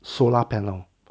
solar panel